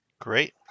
Great